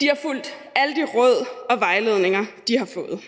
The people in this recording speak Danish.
De har fulgt alle de råd og vejledninger, de har fået,